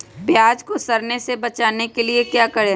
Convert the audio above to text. प्याज को सड़ने से बचाने के लिए क्या करें?